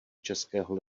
českého